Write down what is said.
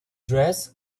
dress